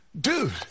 dude